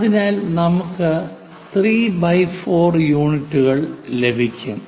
അതിനാൽ നമുക്ക് 34 യൂണിറ്റുകൾ ലഭിക്കും